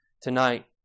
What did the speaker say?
tonight